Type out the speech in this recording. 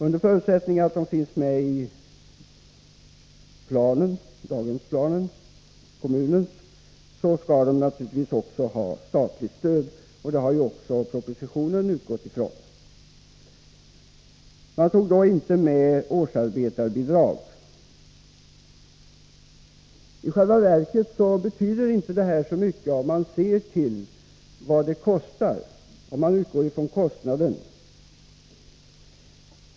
Under förutsättning att de finns med i kommunens daghemsplan skall de ha statligt stöd, och det har också propositionen utgått ifrån. Man tog där inte med årsarbetarbidrag. I själva verket betyder inte det så mycket, om vi ser till vad föräldrakooperativen kostar.